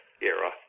era